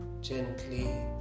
gently